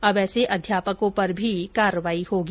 अब ऐसे अध्यापकों पर भी कर्रवाई होगी